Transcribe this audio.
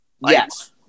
Yes